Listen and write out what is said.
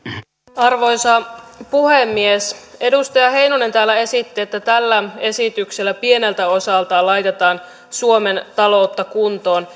arvoisa puhemies edustaja heinonen täällä esitti että tällä esityksellä pieneltä osaltaan laitetaan suomen taloutta kuntoon